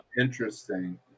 interesting